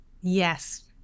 Yes